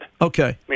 okay